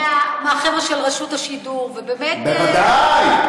מהחבר'ה של רשות השידור, ובאמת, בוודאי.